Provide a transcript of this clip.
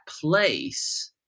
place